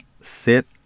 sit